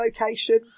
location